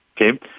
Okay